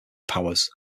powers